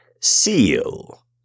seal